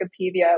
Wikipedia